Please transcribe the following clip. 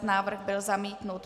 Návrh byl zamítnut.